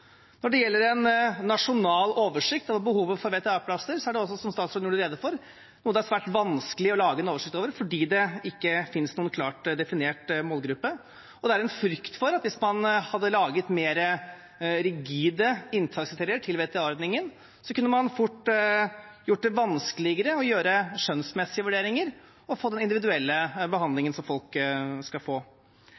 Når det gjelder en nasjonal oversikt over behovet for VTA-plasser, er det – som statsråden gjorde rede for – svært vanskelig å lage en oversikt over det, fordi det ikke finnes noen klart definert målgruppe. Det er en frykt for at om man laget mer rigide inntakskriterier for VTA-ordningen, kunne man fort gjøre det vanskeligere å foreta skjønnsmessige vurderinger og gi den individuelle